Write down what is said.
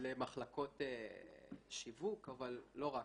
למחלקות שיווק אבל לא רק.